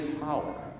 power